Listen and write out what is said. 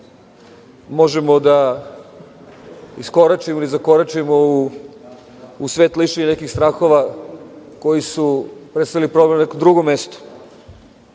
možemo da iskoračimo ili zakoračimo u svet lišeni nekih strahova koji su predstavljali problem na nekom drugom